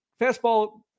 fastball